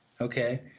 okay